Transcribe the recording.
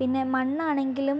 പിന്നെ മണ്ണാണെങ്കിലും